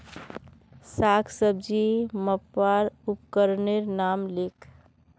साग सब्जी मपवार उपकरनेर नाम लिख?